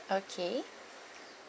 okay